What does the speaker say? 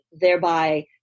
thereby